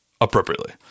appropriately